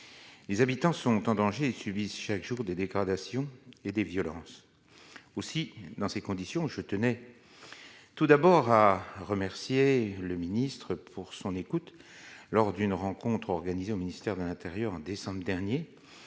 les habitants sont en danger et subissent chaque jour des dégradations et des violences aussi, dans ces conditions, je tenais tout d'abord à remercier le ministre pour son écoute lors d'une rencontre organisée au ministère de l'Intérieur en décembre dernier